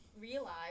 realize